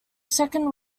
second